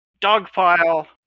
dogpile